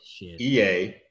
EA